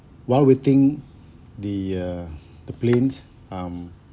while waiting the uh the plane um